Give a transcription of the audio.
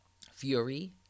Fury